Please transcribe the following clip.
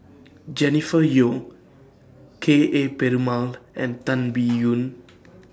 Jennifer Yeo Ka Perumal and Tan Biyun